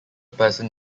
person